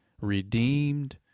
redeemed